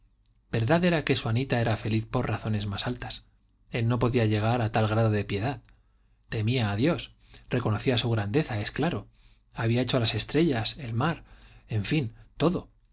verdad era que su anita era feliz por razones más altas él no podía llegar a tal grado de piedad temía a dios reconocía su grandeza es claro había hecho las estrellas el mar en fin todo